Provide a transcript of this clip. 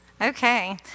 Okay